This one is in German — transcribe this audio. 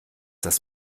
das